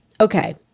okay